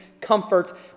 comfort